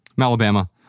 Alabama